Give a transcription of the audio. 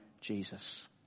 Jesus